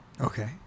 Okay